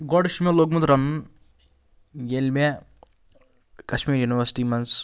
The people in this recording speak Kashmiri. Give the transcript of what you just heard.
گۄڈٕ چھِ مےٚ لوٚگمُت رَنُن ییٚلہِ مےٚ کشمیٖر یوٗنیورسٹی منٛز